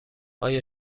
آیا